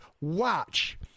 watch